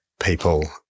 people